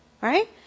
Right